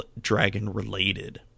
dragon-related